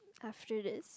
after this